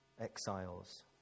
exiles